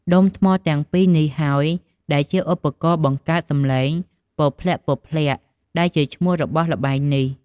ដុំថ្មទាំងពីរនេះហើយដែលជាឧបករណ៍បង្កើតសំឡេង "ពព្លាក់ៗ" ដែលជាឈ្មោះរបស់ល្បែងនេះ។